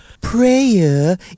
Prayer